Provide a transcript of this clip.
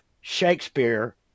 Shakespeare